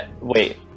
wait